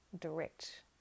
direct